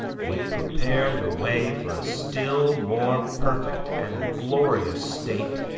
would prepare the way for a still more perfect and glorious state,